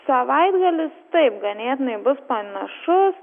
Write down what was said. savaitgalis taip ganėtinai bus panašus